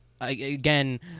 again